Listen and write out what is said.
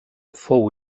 fou